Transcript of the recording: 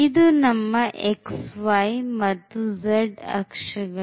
ಇದು ನಮ್ಮ xy ಮತ್ತು z ಅಕ್ಷ ಗಳು